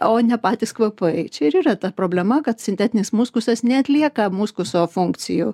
o ne patys kvapai čia ir yra ta problema kad sintetinis muskusas neatlieka muskuso funkcijų